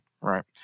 right